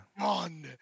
on